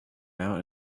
out